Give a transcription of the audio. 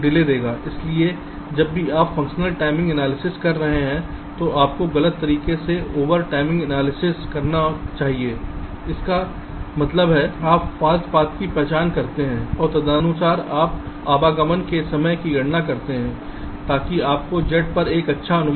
इसलिए जब भी हम फंक्शनल टाइमिंग एनालिसिस कर रहे हैं तो आपको गलत तरीके से अवेयर टाइमिंग एनालिसिस करना चाहिए इसका मतलब है आप फॉल्स पाथ की पहचान करते हैं और तदनुसार आप आगमन के समय की गणना करते हैं ताकि आपको Z पर एक अच्छा अनुमान मिले